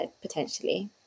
potentially